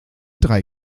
drei